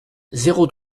zéro